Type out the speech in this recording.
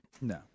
No